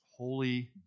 holy